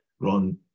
run